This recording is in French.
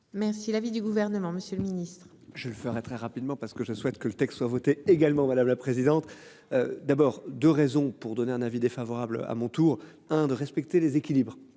Merci l'avis du gouvernement, Monsieur le Ministre. Je le ferais très rapidement parce que je souhaite que le texte soit voté également madame la présidente. D'abord de raisons pour donner un avis défavorable à mon tour hein, de respecter les équilibres